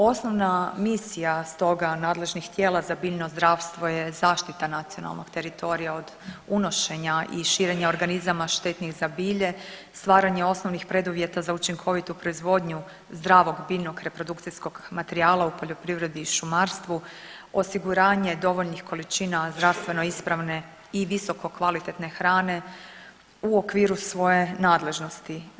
Osnovna misija stoga nadležnih tijela za biljno zdravstvo je zaštita nacionalnog teritorija od unošenja i širenja organizama štetnih za bilje, stvaranje osnovnih preduvjeta za učinkovitu proizvodnju zdravog biljnog reprodukcijskog materijala u poljoprivredi i šumarstvu, osiguranje dovoljnih količina zdravstveno ispravne i visokokvalitetne hrane u okviru svoje nadležnosti.